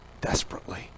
desperately